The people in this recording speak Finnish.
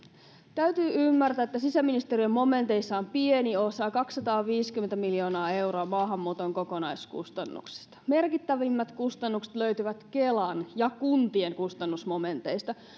täytyy ymmärtää että sisäministeriön momenteissa on pieni osa kaksisataaviisikymmentä miljoonaa euroa maahanmuuton kokonaiskustannuksista merkittävimmät kustannukset löytyvät kelan ja kuntien kustannusmomenteista